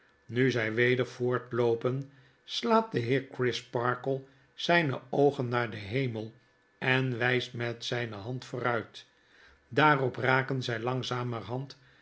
nu zy weder voortloopen slaat de heer crisparkle zyne oogen naar den hemel en wyst met zyne hand vooruit daarop raken zy langzaam